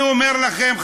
אני אומר לכם,